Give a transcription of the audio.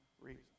reason